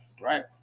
right